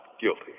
guilty